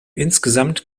insgesamt